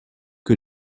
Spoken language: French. que